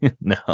no